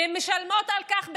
הן משלמות על כך בחייהן.